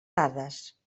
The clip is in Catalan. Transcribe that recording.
dades